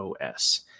os